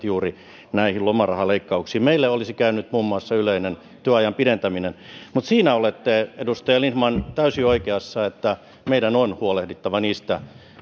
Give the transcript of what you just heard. juuri näihin lomarahaleikkauksiin meille olisi käynyt muun muassa yleinen työajan pidentäminen mutta siinä olette edustaja lindtman täysin oikeassa että meidän on huolehdittava niistä